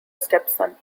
stepson